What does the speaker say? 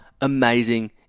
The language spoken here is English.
amazing